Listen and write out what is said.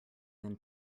than